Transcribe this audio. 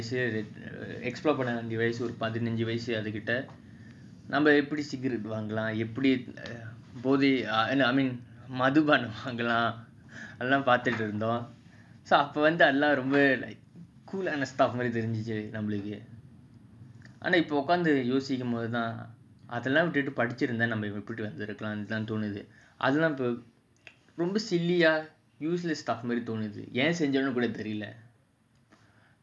explore பண்ணவேண்டியவயசுஒருபதினஞ்சுவயசுகிட்டநாமஎப்படிசிகரெட்வாங்கலாம்எப்படிமதுபானம்வாங்கலாம்எல்லாம்பெத்துட்டுஇருந்தோம்ஆனாஇப்போஉட்கார்ந்துயோசிக்கும்போதுஅப்போல்லாம்உட்கார்ந்துபடிச்சிரும்தொம்னாநாமஎப்படிவந்துருக்கலாம்னுதான்தோணுதுஏன்செஞ்சோம்னுகூடதெரியல:panna vendia vayasu oru pathinanju vayasukitta eppadi sigaret vangalam eppadi madhubanam vangalam ellam parthutu irunthom ana ipo utkarnthu yosikkumpothu apolam utkarnthu padichirunthomna nama eppadi vandhurukalamnu than thonuthu yen senjomnu kooda theriala